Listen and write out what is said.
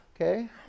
Okay